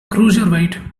cruiserweight